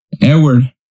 Edward